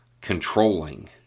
controlling